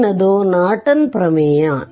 ಮುಂದಿನದು ನಾರ್ಟನ್ ಪ್ರಮೇಯ